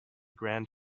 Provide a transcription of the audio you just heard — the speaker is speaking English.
grand